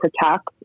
protect